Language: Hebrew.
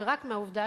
ורק מהעובדה,